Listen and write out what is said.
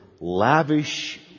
lavish